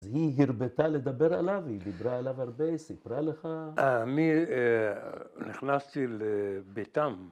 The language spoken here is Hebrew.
‫אז היא הרבתה לדבר עליו, ‫היא דיברה עליו הרבה, סיפרה לך? ‫אני נכנסתי לביתם.